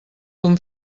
ton